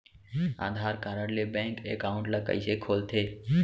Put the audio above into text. आधार card ले bank account ल कइसे खोलथे?